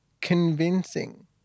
convincing